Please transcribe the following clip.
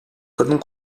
kadın